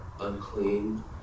unclean